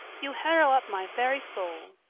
you harrow up my very soul.